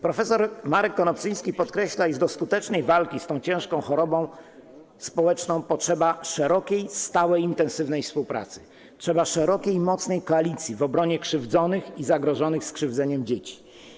Prof. Marek Konopczyński podkreśla, iż do skutecznej walki z tą ciężką chorobą społeczną potrzeba szerokiej, stałej i intensywnej współpracy, trzeba szerokiej i mocnej koalicji w obronie krzywdzonych i zagrożonych skrzywdzeniem dzieci.